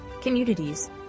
communities